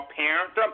parent